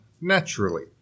naturally